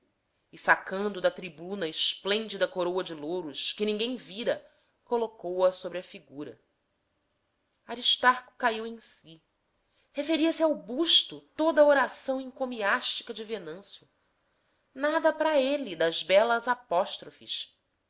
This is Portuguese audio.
e sacando da tribuna esplêndida coroa de louros que ninguém vira colocou a sobre a figura aristarco caiu em si referia-se ao basto toda a oração encomiástica de venâncio nada para ele das belas apóstrofes